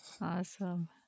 awesome